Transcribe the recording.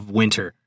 winter